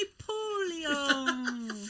Napoleon